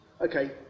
Okay